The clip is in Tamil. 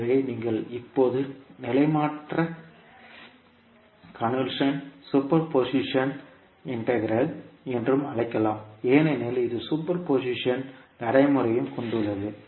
எனவே நீங்கள் இப்போது நிலைமாற்ற கன்வொல்யூஷன் சூப்பர் பொசிஷன் இன்டெக்ரல் என்றும் அழைக்கலாம் ஏனெனில் இது சூப்பர் பொசிஷன் நடைமுறையையும் கொண்டுள்ளது